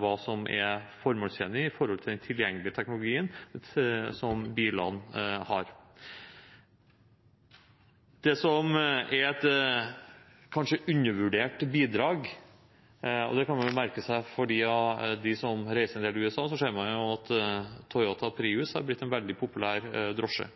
hva som er formålstjenlig i forhold til den tilgjengelige teknologien som bilene har. Og til et kanskje undervurdert bidrag: De som reiser en del i USA, kan jo merke seg at Toyota Prius har blitt en veldig populær drosje.